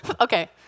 Okay